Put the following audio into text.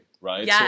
right